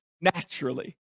naturally